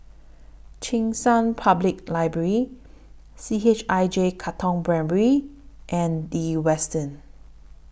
Cheng San Public Library C H I J Katong Primary and The Westin